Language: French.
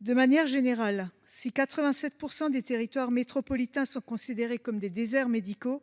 De manière générale, si 87 % des territoires métropolitains sont considérés comme des déserts médicaux,